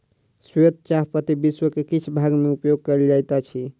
श्वेत चाह पत्ती विश्व के किछ भाग में उपयोग कयल जाइत अछि